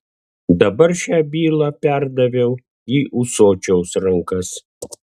dabar šią bylą perdaviau į ūsočiaus rankas